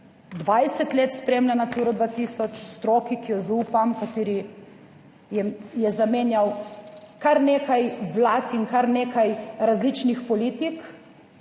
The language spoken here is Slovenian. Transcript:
20 let spremlja Naturo 2000, stroki, ki ji zaupam, kateri je zamenjal kar nekaj vlad in kar nekaj različnih politik,